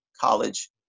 College